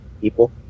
people